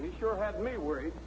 we sure had me worried